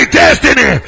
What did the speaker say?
destiny